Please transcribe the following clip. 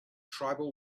tribal